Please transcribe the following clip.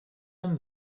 him